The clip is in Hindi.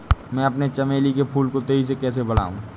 मैं अपने चमेली के फूल को तेजी से कैसे बढाऊं?